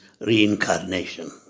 reincarnation